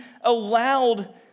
allowed